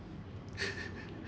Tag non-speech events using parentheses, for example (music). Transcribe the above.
(laughs)